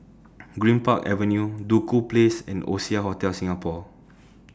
Greenpark Avenue Duku Place and Oasia Hotel Singapore